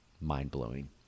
mind-blowing